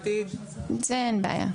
זה אין בעיה.